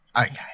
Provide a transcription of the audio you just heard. okay